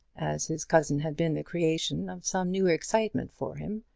as his cousin had been the creation of some new excitement for him,